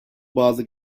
bazı